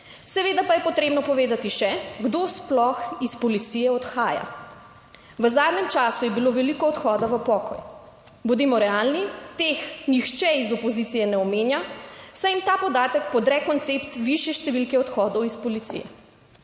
Seveda pa je potrebno povedati še, kdo sploh iz policije odhaja. V zadnjem času je bilo veliko odhoda v pokoj, bodimo realni, teh nihče iz opozicije ne omenja, saj jim ta podatek podre koncept višje številke odhodov iz policije.